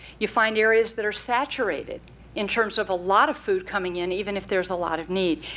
you find areas that are saturated in terms of a lot of food coming in, even if there's a lot of need.